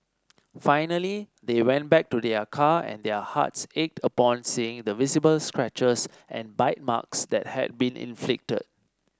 finally they went back to their car and their hearts ached upon seeing the visible scratches and bite marks that had been inflicted